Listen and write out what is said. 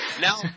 now